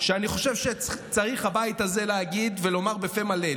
שאני חושב שצריך הבית הזה להגיד ולומר בפה מלא,